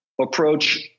approach